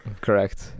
correct